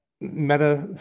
meta